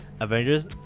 Avengers